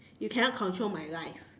you cannot control my life